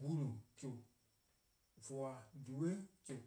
golu:-chuh:, :voor-dhue'-chuh:s